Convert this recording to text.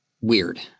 weird